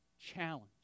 challenge